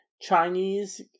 Chinese